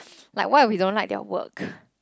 like what if we don't like their work